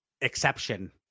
exception